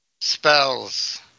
spells